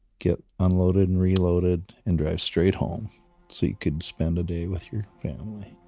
get unloaded and reloaded and drive straight home so you could spend a day with your family.